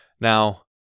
Now